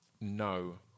No